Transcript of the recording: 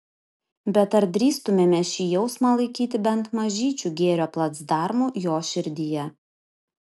bet ar drįstumėme šį jausmą laikyti bent mažyčiu gėrio placdarmu jo širdyje